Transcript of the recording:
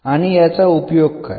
आणि याचा उपयोग काय